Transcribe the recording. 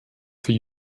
für